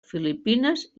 filipines